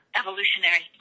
evolutionary